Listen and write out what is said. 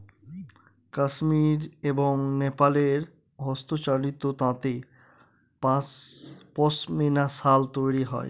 কাশ্মির এবং নেপালে হস্তচালিত তাঁতে পশমিনা শাল তৈরী করা হয়